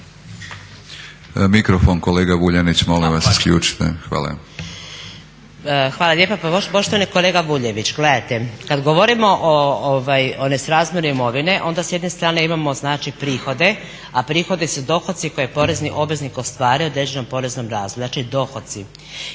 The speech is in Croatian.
izvolite. **Čavlović Smiljanec, Nada (SDP)** Hvala lijepa. Poštovani kolega Vuljanić gledajte, kad govorimo o nesrazmjeru imovine onda s jedne strane imamo znači prihode, a prihodi su dohoci koje je porezni obveznik ostvario u određenom poreznom razdoblju, znači dohoci.